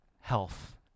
health